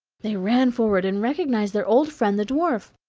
they ran forward and recognized their old friend the dwarf.